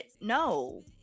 No